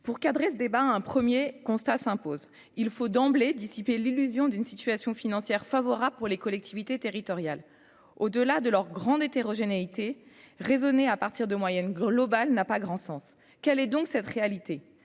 pour cadrer ce débat un 1er constat s'impose : il faut d'emblée dissiper l'illusion d'une situation financière favorable pour les collectivités territoriales, au delà de leur grande hétérogénéité raisonner à partir de moyenne globale n'a pas grand sens, quelle est donc cette réalité